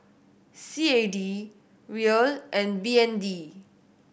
C A D Riel and B N D